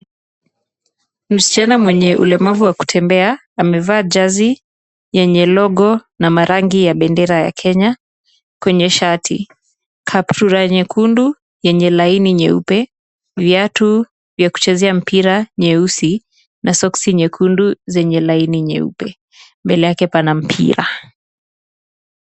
Msichana mwenye ulemavu wa kutembea amevaa jezi yenye logo na rangi za bendera ya Kenya kwenye shati, kaptura nyekundu yenye laini nyeupe, viatu vya kuchezea mpira nyeusi na soksi nyekundu zenye laini nyeupe, mbele yake pana mpira.